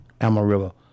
Amarillo